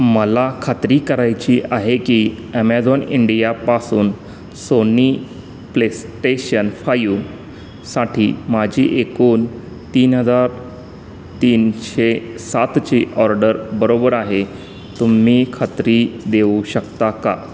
मला खात्री करायची आहे की ॲमेझॉन इंडियापासून सोनी प्लेस्टेशन फायू साठी माझी एकूण तीन हजार तीनशे सातची ऑर्डर बरोबर आहे तुम्ही खात्री देऊ शकता का